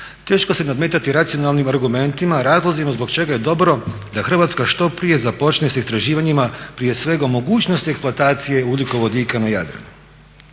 teško se nadmetati racionalnim argumentima razlozima zbog čega je dobro da Hrvatska što prije započne s istraživanjima prije svega o mogućnosti eksploataciji ugljikovodika na Jadranu.